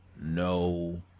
no